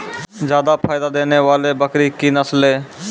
जादा फायदा देने वाले बकरी की नसले?